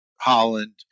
Holland